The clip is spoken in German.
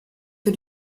für